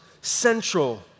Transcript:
central